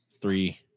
three